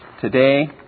today